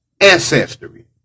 ancestry